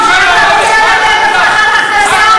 שאני לא רוצה שהם יהיו רעבים.